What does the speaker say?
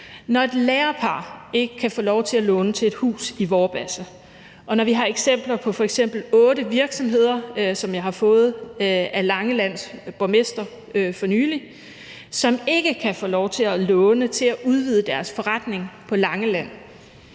Når et lærerpar ikke kan få lov til at låne til et hus i Vorbasse, og når vi har eksempler på f.eks. otte virksomheder, som jeg har fået af Langelands borgmester for nylig, som ikke kan få lov til at låne til at udvide deres forretning på Langeland,